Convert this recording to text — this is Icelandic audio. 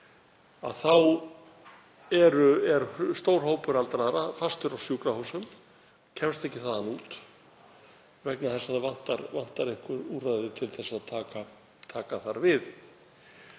er stór hópur aldraðra fastur á sjúkrahúsum og kemst ekki þaðan út vegna þess að þar vantar einhver úrræði til að taka við.